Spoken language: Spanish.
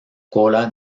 cola